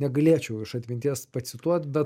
negalėčiau iš atminties pacituot bet